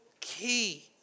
key